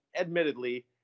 admittedly